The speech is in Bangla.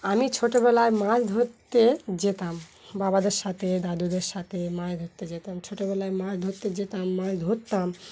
আমি ছোটোবেলায় মাছ ধরতে যেতাম বাবাদের সাথে দাদুদের সাথে মাছ ধরতে যেতাম ছোটোবেলায় মাছ ধরতে যেতাম মাছ ধরতাম